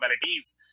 capabilities